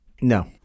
No